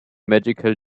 medical